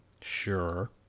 sure